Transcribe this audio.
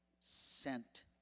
sent